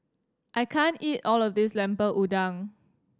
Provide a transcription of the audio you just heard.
I can't eat all of this Lemper Udang